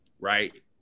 right